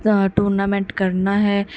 tournament ਕਰਨਾ ਹੈ